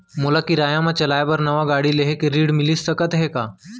मोला किराया मा चलाए बर नवा गाड़ी लेहे के ऋण मिलिस सकत हे का?